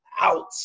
out